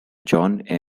john